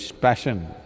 passion